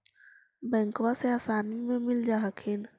बैंकबा से आसानी मे मिल जा हखिन?